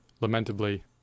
lamentably